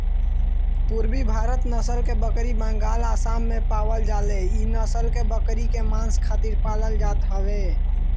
पुरबी भारत नसल के बकरी बंगाल, आसाम में पावल जाले इ नसल के बकरी के मांस खातिर पालल जात हवे